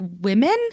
women